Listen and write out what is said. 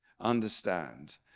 Understand